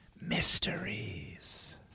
mysteries